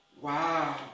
Wow